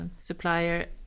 supplier